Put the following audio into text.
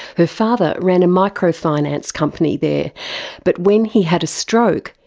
her father ran a micro-finance company there but when he had a stroke,